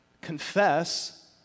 Confess